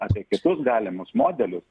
apie kitus galimus modelius